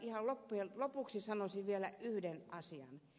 ihan lopuksi sanoisin vielä yhden asian